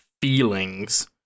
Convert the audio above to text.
feelings